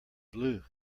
blue